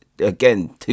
Again